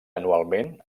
anualment